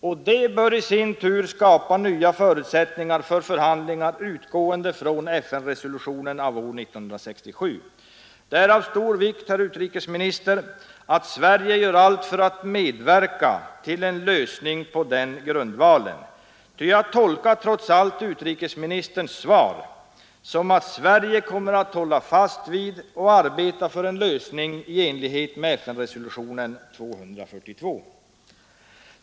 Och detta bör i sin tur skapa nya förutsättningar för förhandlingar utgående från FN-resolutionen av år 1967. Det är av vikt, herr utrikesminister, att Sverige gör allt för att medverka till en lösning på den grundvalen. Jag tolkar nämligen trots allt utrikesministerns svar så att Sverige kommer att hålla fast vid och arbeta för en lösning i enlighet med FN-resolutionen 242.